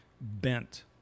bent